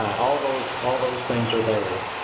all those all those things are there.